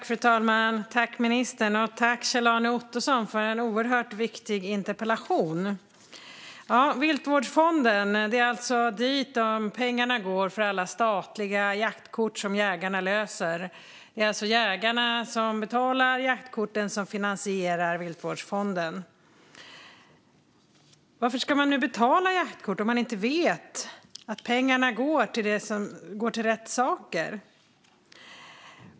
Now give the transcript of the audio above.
Fru talman! Tack, Kjell-Arne Ottosson, för en oerhört viktig interpellation! Viltvårdsfonden - det är dit pengarna går från alla statliga jaktkort som jägarna löser. Det är alltså jägarna som betalar de jaktkort som finansierar Viltvårdsfonden. Varför ska man betala jaktkort om man inte vet att pengarna går till rätt saker?